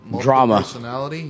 Drama